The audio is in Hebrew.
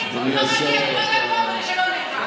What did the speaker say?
זה מפחיד.